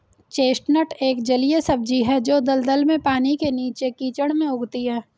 chestnut एक जलीय सब्जी है जो दलदल में, पानी के नीचे, कीचड़ में उगती है